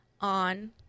on